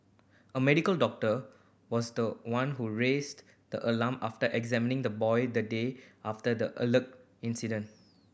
a medical doctor was the one who raised the alarm after examining the boy the day after the alleged incident